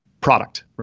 Product